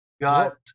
Got